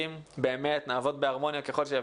נעבוד בהרמוניה ככל שאפשר,